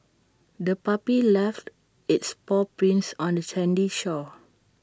the puppy left its paw prints on the sandy shore